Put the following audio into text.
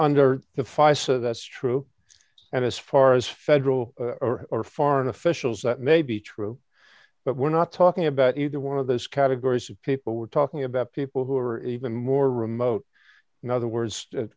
the fi so that's true and as far as federal or foreign officials that may be true but we're not talking about either one of those categories of people we're talking about people who are even more remote in other words